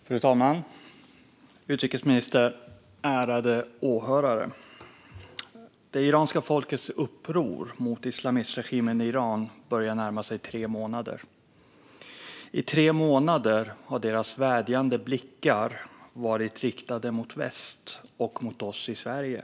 Fru talman, utrikesministern och ärade åhörare! Det iranska folkets uppror mot islamistregimen i Iran börjar närma sig tre månader. I tre månader har deras vädjande blickar varit riktade mot väst och mot oss i Sverige.